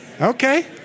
Okay